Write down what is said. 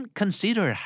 consider